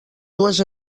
dues